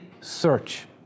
search